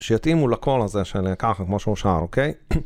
שיתאימו לקול הזה של ככה כמו שהוא שר אוקיי?